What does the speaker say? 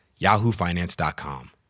yahoofinance.com